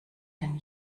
denn